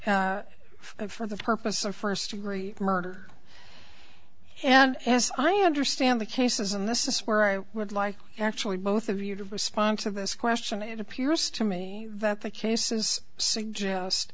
of for the purpose of first degree murder and as i understand the cases and this is where i would like actually both of you to respond to this question it appears to me that the cases suggest